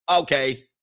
Okay